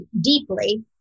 deeply